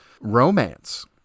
romance